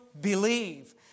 believe